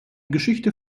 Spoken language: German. geschichte